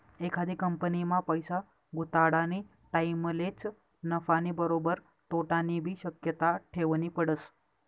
एखादी कंपनीमा पैसा गुताडानी टाईमलेच नफानी बरोबर तोटानीबी शक्यता ठेवनी पडस